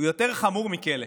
הוא יותר חמור מכלא.